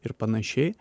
ir panašiai